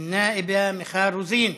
נאאבה מיכל רוזין,